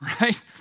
right